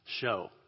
show